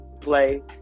Play